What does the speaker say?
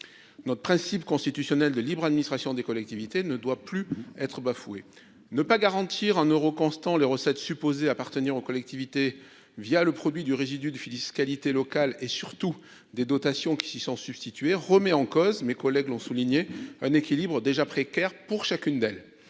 Notre principe constitutionnel de libre administration des collectivités ne doit plus être bafoué. Ne pas garantir en euros constants les recettes censées appartenir aux collectivités, le produit du résidu de fiscalité locale et, surtout, des dotations qui s'y sont substituées, remet en cause pour chacune d'entre elles- mes collègues l'ont déjà souligné -un équilibre déjà précaire. De plus,